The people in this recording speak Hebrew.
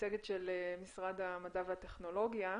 המצגת של משרד המדע והטכנולוגיה.